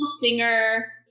Singer